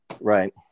Right